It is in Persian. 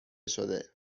شده